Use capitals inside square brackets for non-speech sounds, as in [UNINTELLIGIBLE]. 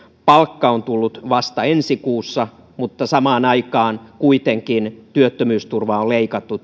palkka on tullut vasta ensi kuussa mutta samaan aikaan kuitenkin työttömyysturvaa on leikattu [UNINTELLIGIBLE]